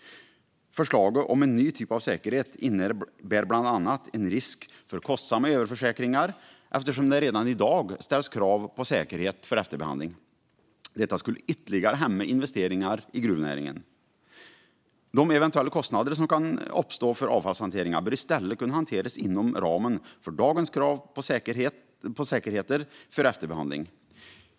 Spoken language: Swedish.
Förslaget om en ny typ av säkerhet innebär bland annat en risk för kostsamma överförsäkringar, eftersom det redan i dag ställs krav på säkerhet för efterbehandling. Detta skulle ytterligare hämma investeringar i gruvnäringen. De eventuella kostnader som kan uppstå för avfallshanteringen bör i stället kunna hanteras inom ramen för dagens krav på säkerheter för efterbehandling.